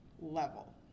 level